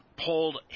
pulled